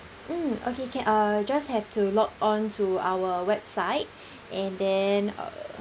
mm okay can uh just have to log on to our website and then uh